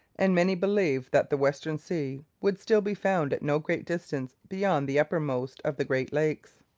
and many believed that the western sea would still be found at no great distance beyond the uppermost of the great lakes.